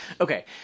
Okay